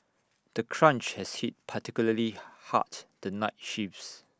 the crunch has hit particularly hard the night shifts